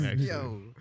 Yo